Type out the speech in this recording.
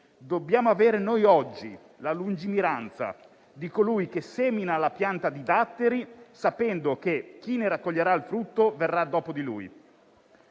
dobbiamo avere la lungimiranza di colui che semina la pianta di datteri, sapendo che chi ne raccoglierà il frutto verrà dopo di lui.